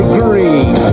green